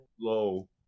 low